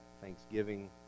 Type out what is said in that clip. thanksgiving